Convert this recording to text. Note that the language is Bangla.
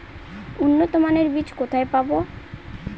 উন্নতমানের বীজ কোথায় পাব?